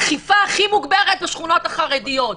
אכיפה הכי מוגברת בשכונות החרדיות.